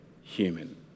human